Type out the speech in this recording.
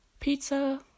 Pizza